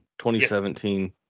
2017